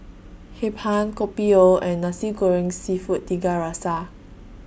Hee Pan Kopi O and Nasi Goreng Seafood Tiga Rasa